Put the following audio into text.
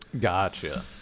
Gotcha